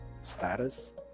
status